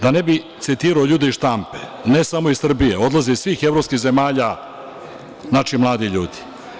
Da ne bih citirao ljude iz štampe, ne samo iz Srbije, odlaze iz svih evropskih zemalja naši mladi ljudi.